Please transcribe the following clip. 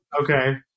Okay